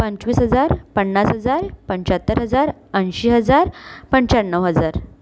पंचवीस हजार पन्नास हजार पंचाहत्तर हजार ऐंशी हजार पंच्याण्णव हजार